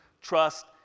trust